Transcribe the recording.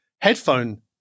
headphone